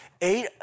eight